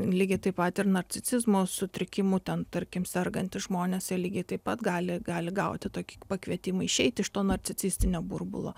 lygiai taip pat ir narcicizmo sutrikimų ten tarkim sergantys žmonės lygiai taip pat gali gali gauti tokį pakvietimą išeit iš to narcisistinio burbulo